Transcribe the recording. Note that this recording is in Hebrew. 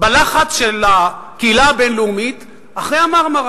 בלחץ של הקהילה הבין-לאומית אחרי ה"מרמרה"